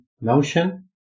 notion